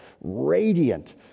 radiant